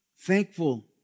thankful